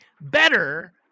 better